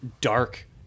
dark